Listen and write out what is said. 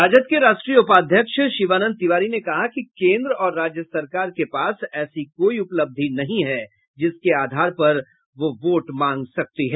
राजद के राष्ट्रीय उपाध्यक्ष शिवानंद तिवारी ने कहा कि केन्द्र और राज्य सरकार के पास ऐसी कोई उपलब्धि नहीं है जिसके आधार पर वोट मांग सकते हैं